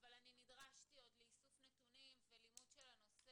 אבל אני נדרשתי עוד לאיסוף נתונים ולימוד של הנושא.